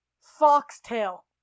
Foxtail